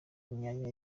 imyanya